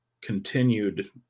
continued